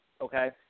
Okay